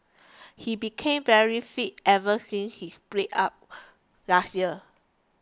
he became very fit ever since his breakup last year